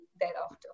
thereafter